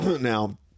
Now